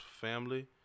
family